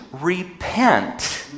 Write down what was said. repent